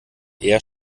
eher